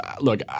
Look